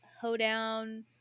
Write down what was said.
hoedown